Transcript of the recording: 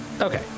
Okay